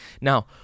Now